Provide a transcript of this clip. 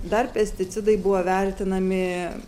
dar pesticidai buvo vertinami